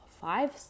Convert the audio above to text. five